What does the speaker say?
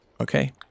Okay